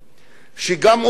שגם אותם,